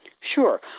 Sure